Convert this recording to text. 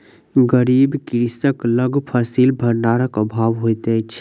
गरीब कृषक लग फसिल भंडारक अभाव होइत अछि